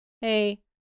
Hey